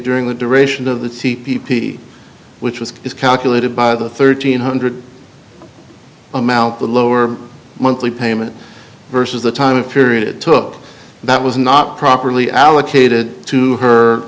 during the duration of the c p p which was calculated by the thirteen hundred amount the lower monthly payment versus the time of period it took that was not properly allocated to her